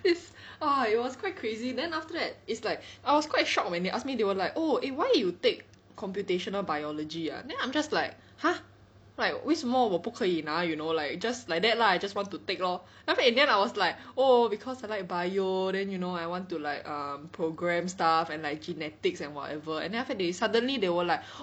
it's orh it was quite crazy then after that is like I was quite shocked when they ask me they were like oh eh why you take computational biology ah then I'm just like !huh! like 为什么我不可以拿 you know like just like that lah I just want to take lor then after that in the end I was like oh cause I like bio then you know I want to like um programme stuff and like genetics and whatever and after that they suddenly they were like